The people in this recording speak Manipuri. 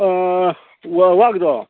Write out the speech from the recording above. ꯋꯥꯒꯤꯗꯣ